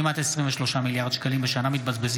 בבקשה.